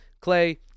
Clay